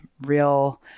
real